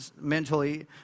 mentally